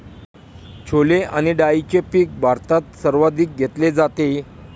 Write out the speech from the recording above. छोले आणि डाळीचे पीक भारतात सर्वाधिक घेतले जाते